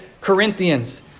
Corinthians